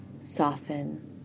soften